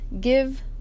give